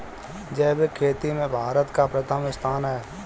जैविक खेती में भारत का प्रथम स्थान है